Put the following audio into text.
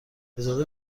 اجازه